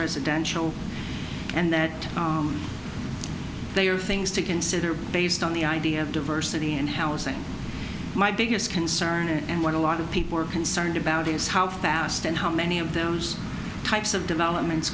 residential and that they are things to consider based on the idea of diversity and how is that my biggest concern and what a lot of people are concerned about is how fast and how many of those types of developments